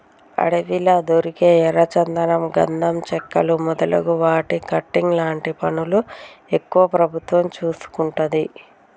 అడవిలా దొరికే ఎర్ర చందనం గంధం చెక్కలు మొదలు వాటి కటింగ్ లాంటి పనులు ఎక్కువ ప్రభుత్వం చూసుకుంటది